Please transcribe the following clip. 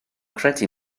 credu